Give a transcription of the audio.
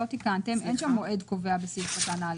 לא תיקנתם, אין שום מועד קובע בסעיף 59(א).